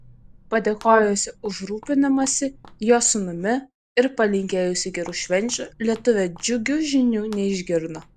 padėkojusi už rūpinimąsi jos sūnumi ir palinkėjusi gerų švenčių lietuvė džiugių žinių neišgirdo